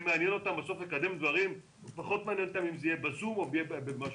מעניין אותם לקדם דבירם ופחות מעניין אותם אם זה יהיה ב-זום או פרונטלי.